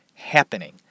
happening